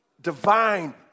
Divine